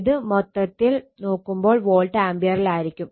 ഇത് മൊത്തത്തിൽ നോക്കുമ്പോൾ വോൾട്ട് ആംപിയറിലായിരിക്കും